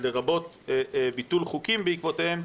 לרבות ביטול חוקים בעקבותיהן,